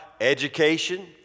education